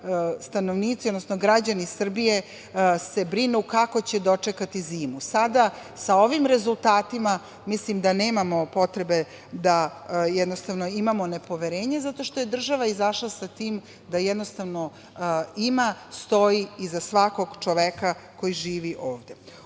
stanovnici, odnosno građani Srbije se brinu kako će dočekati zimu. Sada, sa ovim rezultatima, mislim da nemamo potrebe da imamo nepoverenje, zato što je država izašla sa tim da jednostavno ima i stoji iza svakog čoveka koji živi ovde. Ono